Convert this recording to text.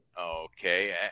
Okay